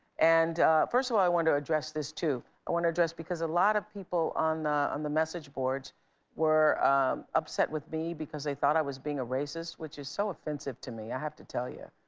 and first of all, i want to address this, too. i want to address it, because a lot of people on the on the message boards were upset with me because they thought i was being a racist, which is so offensive to me, i have to tell you,